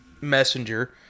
messenger